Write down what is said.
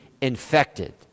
infected